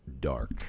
dark